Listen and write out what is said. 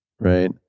right